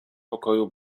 pokoju